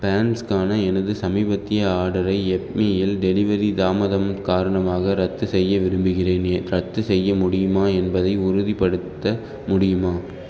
பேண்ட்ஸ்க்கான எனது சமீபத்திய ஆர்டரை எப்மீயில் டெலிவரி தாமதம் காரணமாக ரத்து செய்ய விரும்புகிறேன் என் ரத்து செய்ய முடியுமா என்பதை உறுதிப்படுத்த முடியுமா